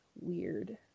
weird